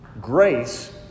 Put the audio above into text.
grace